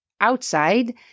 outside